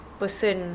person